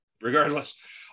regardless